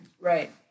right